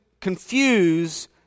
confuse